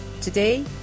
Today